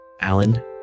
Alan